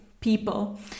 people